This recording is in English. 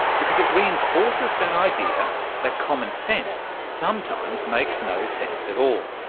because it reinforces that idea that common sense sometimes makes no sense at all.